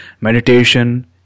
meditation